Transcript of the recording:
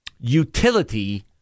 utility